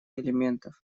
элементов